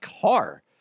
car